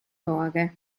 torre